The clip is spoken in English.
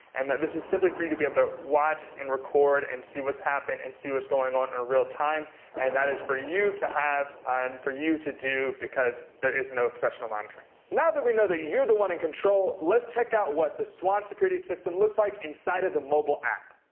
and that this is simply for you to be able to watch and record. see what's happened, and see what's going on in real-time. that is for you to have, and for you to do, because there is no professional monitoring. now that we know that you're the one in control, let's check out what the swann security system looks like inside of the mobile app.